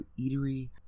Eatery